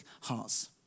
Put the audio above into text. hearts